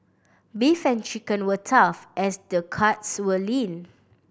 beef and chicken were tough as the cuts were lean